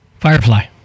Firefly